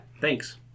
thanks